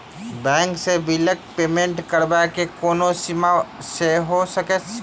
Bank सँ बिलक payment करबाक कोनो सीमा सेहो छैक की?